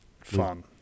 fun